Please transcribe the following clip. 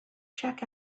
check